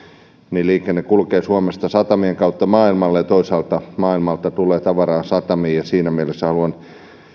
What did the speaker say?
ja liikenne kulkee suomesta satamien kautta maailmalle ja toisaalta maailmalta tulee tavaraa satamiin siinä mielessä haluan